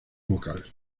vocal